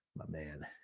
my man.